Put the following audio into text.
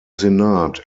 senat